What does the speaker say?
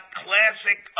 classic